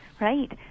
right